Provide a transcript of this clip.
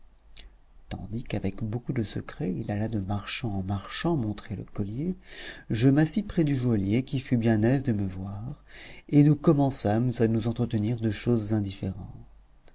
tandis qu'avec beaucoup de secret il alla de marchand en marchand montrer le collier je m'assis près du joaillier qui fut bien aise de me voir et nous commençâmes à nous entretenir de choses indifférentes